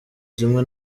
zimwe